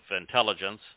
intelligence